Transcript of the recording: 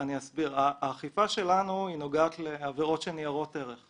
האכיפה שלנו נוגעת לעבירות של ניירות ערך.